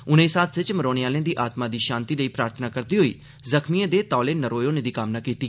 उनें इस हादसे च मरौने आहलें दी आत्मा दी शांति लेई प्रार्थना करदे होई जख्मियें दे तौले नरोए होने दी कामना कीती